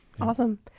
Awesome